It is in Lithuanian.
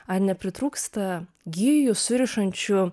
ar nepritrūksta gijų surišančių